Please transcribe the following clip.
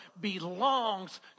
belongs